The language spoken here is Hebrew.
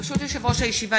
ברשות יושב-ראש הישיבה,